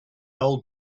old